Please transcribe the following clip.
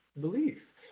belief